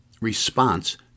response